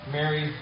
Mary